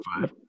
five